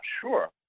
sure